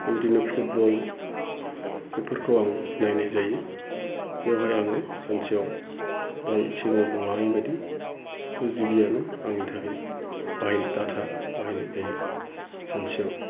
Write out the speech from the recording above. बेबादिनो फुटबल बेफोरखौ आं नायनाय जायो बेयावहाय आङो सानसेयाव दहाय सिगाङाव बुंलांनाय बायदि टु जिबि आनो आंनि थाखाय बाहयो डाटा बाहायनाय जायो सानसेयाव